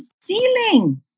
ceiling